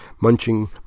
munching